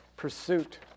Pursuit